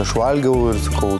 aš valgiau ir sakau